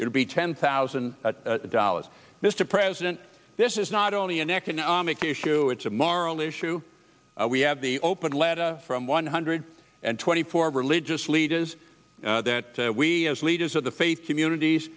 would be ten thousand dollars mr president this is not only an economic issue it's a moral issue we have the open letter from one hundred and twenty four religious leaders that we as leaders of the faith communities